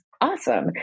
awesome